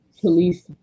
police